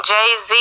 Jay-Z